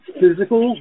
physical